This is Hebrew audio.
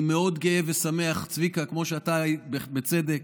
אני מאוד גאה ושמחף כמו שאתה היית, צביקה, בצדק.